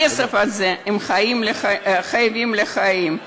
את הכסף הזה הם חייבים לחיים.